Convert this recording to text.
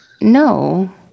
No